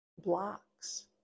blocks